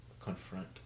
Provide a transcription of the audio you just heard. confront